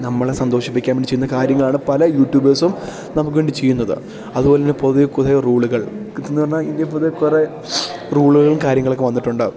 നമ്മളെ സന്തോഷിപ്പിക്കാൻ വേണ്ടി ചെയ്യുന്ന കാര്യങ്ങളാണ് പല യുട്യൂബേഴ്സും നമുക്കുവേണ്ടി ചെയ്യുന്നത് അതുപോലെതന്നെ പൊതുവെ കുറേ റോളുകൾ ഇതെന്ന് പറഞ്ഞാൽ ഇന്ത്യ പൊതുവെ കുറേ റോളുകും കാര്യങ്ങളൊക്കെ വന്നിട്ടുണ്ടാവും